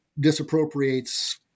disappropriates